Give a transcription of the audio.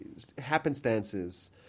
happenstances